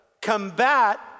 combat